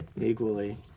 equally